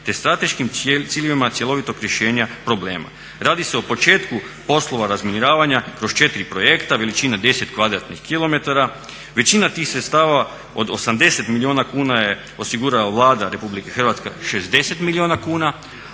te strateškim ciljevima cjelovitog rješenja problema." Radi se o početku poslova razminiravanja kroz četiri projekta veličine 10 kvadratnih kilometara. Većina tih sredstava od 80 milijuna kuna je osigurala Vlada Republike Hrvatske 60 milijuna kuna,